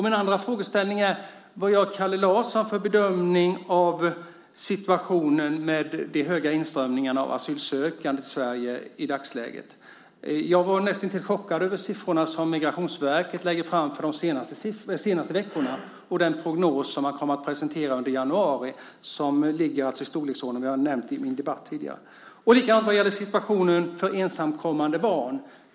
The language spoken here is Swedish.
Min andra frågeställning är: Vad gör Kalle Larsson för bedömning av situationen med de höga inströmningarna av asylsökande till Sverige i dagsläget? Jag är näst intill chockad över siffrorna som Migrationsverket lägger fram för de senaste veckorna och den prognos som man kommer att presentera under januari. Jag har nämnt storleksordningen i mitt tidigare anförande i debatten. Likadant är det vad gäller situationen för ensamkommande barn.